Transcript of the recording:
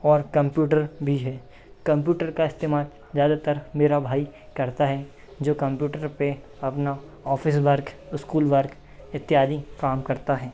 और कम्प्यूटर भी है कम्प्यूटर का इस्तेमाल ज़्यादातर मेरा भाई करता है जो कम्प्यूटर पे अपना ऑफिस वर्क इस्कूल वर्क इत्यादि काम करता है